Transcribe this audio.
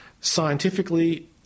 Scientifically